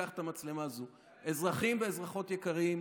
ניקח את המצלמה הזו, אזרחים ואזרחיות יקרים,